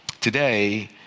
Today